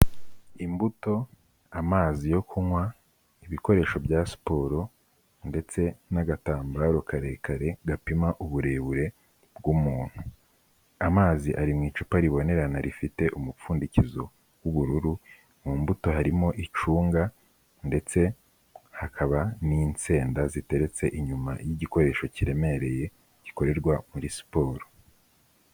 Imbuto, amazi yo kunywa, ibikoresho bya siporo ndetse n'agatambaro karekare gapima uburebure bw'umuntu, amazi ari mu icupa ribonerana rifite umupfundikizo w'ubururu, mu mbuto harimo icunga ndetse hakaba n'insenda ziteretse inyuma y'igikoresho kiremereye gikorerwa muri siporo.